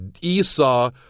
Esau